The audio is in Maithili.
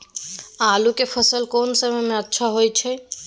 आलू के फसल कोन समय में अच्छा होय छै?